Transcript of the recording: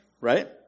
Right